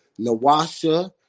Nawasha